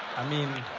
i mean